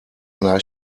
einer